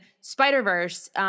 Spider-Verse